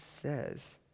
says